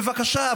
בבקשה,